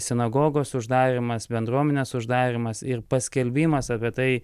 sinagogos uždarymas bendruomenės uždarymas ir paskelbimas apie tai